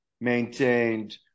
maintained